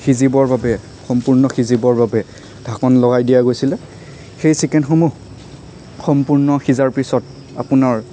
সিজিবৰ বাবে সম্পূৰ্ণ সিজিবৰ বাবে ঢাকোন লগাই দিয়া গৈছিলে সেই চিকেনসমূহ সম্পূৰ্ণ সিজাৰ পিছত আপোনাৰ